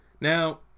Now